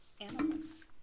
animals